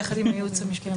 יחד עם הייעוץ המשפטי.